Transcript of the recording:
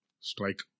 Strike